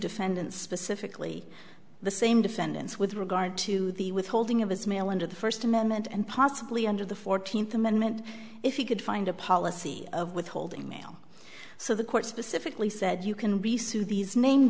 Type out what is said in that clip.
defendant specifically the same defendants with regard to the withholding of his mail under the first amendment and possibly under the fourteenth amendment if you could find a policy of withholding mail so the court specifically said you can be sued these named